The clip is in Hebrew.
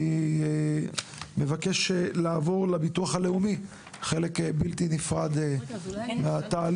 אני מבקש לעבור לביטוח הלאומי; חלק בלתי נפרד מהתהליך.